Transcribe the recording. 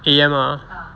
A_M ah